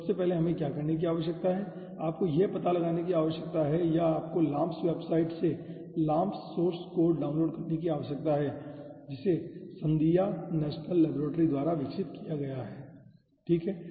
तो सबसे पहले हमें क्या करने की आवश्यकता है आपको यह पता लगाने की आवश्यकता है या आपको LAMMPS वेबसाइट से LAMMPS सोर्स कोड डाउनलोड करने की आवश्यकता है जिसे संदीआ नेशनल लेबोरेटरी द्वारा विकसित किया गया है ठीक है